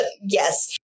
yes